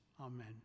Amen